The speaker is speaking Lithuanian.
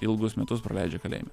ilgus metus praleidžia kalėjime